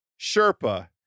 sherpa